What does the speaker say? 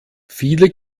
viele